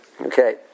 Okay